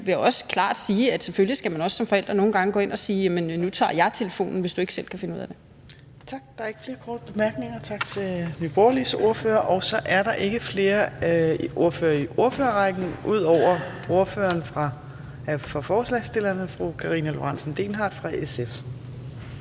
jeg vil også klart sige, at selvfølgelig skal man også som forældre nogle gange gå ind og sige: Nu tager jeg telefonen, hvis du ikke selv kan finde ud af det. Kl. 18:09 Fjerde næstformand (Trine Torp): Der er ikke flere korte bemærkninger. Tak til Nye Borgerliges ordfører. Og så er der ikke flere i ordførerrækken ud over ordføreren for forslagsstillerne, fru Karina Lorentzen Dehnhardt fra SF.